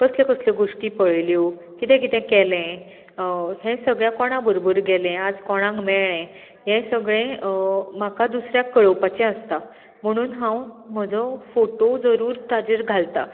कसल्यो कसल्यो गोश्टी पळयल्यो कितें कितें केलें हें सगळें कोणा बरोबर गेलें आज कोणाक मेळ्ळें हें सगळें म्हाका दुसऱ्याक कळोवपाचें आसता म्हुणून हांव म्हजो फोटो जरूर ताजेर घालतां